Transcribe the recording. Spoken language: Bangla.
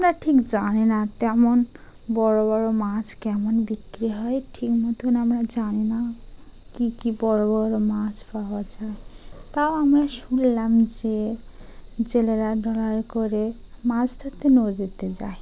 আমরা ঠিক জানি না তেমন বড়ো বড়ো মাছ কেমন বিক্রি হয় ঠিক মতন আমরা জানি না কী কী বড়ো বড়ো মাছ পাওয়া যায় তাও আমরা শুনলাম যে জেলেরা ডলাই করে মাছ ধরতে নদতে যায়